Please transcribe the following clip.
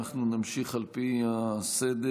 נמשיך על פי הסדר.